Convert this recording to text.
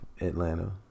Atlanta